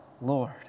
Lord